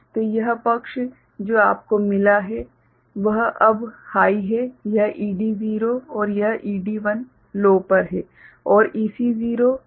तो यह पक्ष जो आपको मिला है वह अब हाइ है यह ED0 और यह ED1 लो पर है